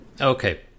Okay